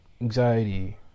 Anxiety